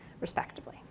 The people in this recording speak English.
respectively